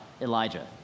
Elijah